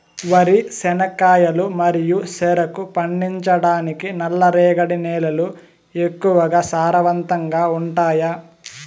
వరి, చెనక్కాయలు మరియు చెరుకు పండించటానికి నల్లరేగడి నేలలు ఎక్కువగా సారవంతంగా ఉంటాయా?